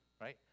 right